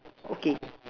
okay